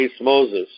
Moses